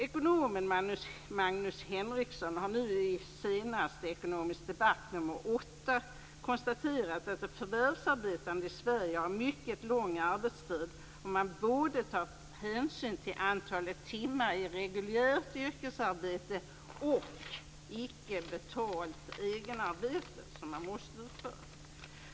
Ekonomen Magnus Henrekson har nu senast i Ekonomisk debatt nr 8 konstaterat att de förvärvsarbetande i Sverige har mycket lång arbetstid om man både tar hänsyn till antalet timmar i reguljärt yrkesarbete och icke betalt egenarbete som de måste utföra.